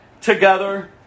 together